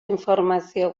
informazio